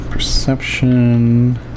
Perception